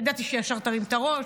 ידעתי שישר תרים את הראש.